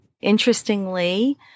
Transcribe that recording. Interestingly